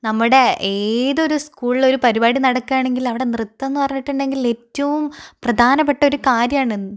നമ്മുടെ ഏതൊരു സ്കൂളില് ഒരു പരിപാടി നടക്കുകയാണെങ്കിൽ അവിടെ നൃത്തം എന്നുപറഞ്ഞിട്ടുണ്ടെങ്കിൽ ഏറ്റവും പ്രധാപ്പെട്ടൊരു കാര്യമാണ്